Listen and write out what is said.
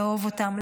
לאהוב אותם,